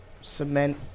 cement